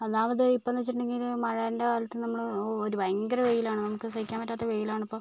അതാവത് ഇപ്പം എന്ന് വെച്ചിട്ടുണ്ടെങ്കിൽ മഴേൻ്റെ കാലത്ത് നമ്മൾ ഒരു ഭയങ്കര വെയിലാണ് നമുക്ക് സഹിക്കാൻ പറ്റാത്ത വെയിലാണിപ്പം